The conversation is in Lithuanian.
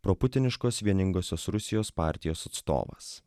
pro putiniškos vieningosios rusijos partijos atstovas